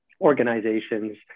organizations